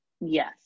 yes